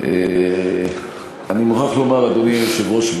אדוני היושב-ראש,